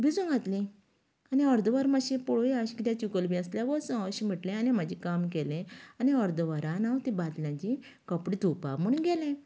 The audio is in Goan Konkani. भिजूंक घातलीं आनी अर्द वर मात्शें पळोवया अशें कितें चिकोल बी आसल्यार वोचो अशें म्हटलें आनी म्हाजें काम केलें आनी अर्द वरान हांव तें बादल्यांचीं कपडे धुंवपाक म्हण गेलें